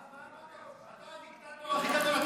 מה אתה רוצה?